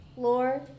Lord